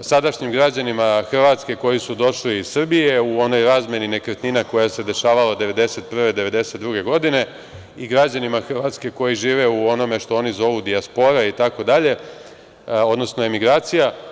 sadašnjim građanima Hrvatske koji su došli iz Srbije u onoj razmeni nekretnina koja se dešavala 1991-1992. godine i građanima Hrvatske koji žive u onome što oni zovu dijaspora itd, odnosno emigracija.